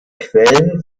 quellen